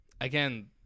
again